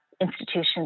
institutions